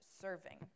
serving